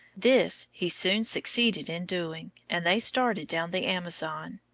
this he soon succeeded in doing, and they started down the amazon.